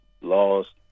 laws